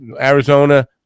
Arizona